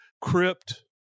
crypt